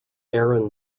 aaron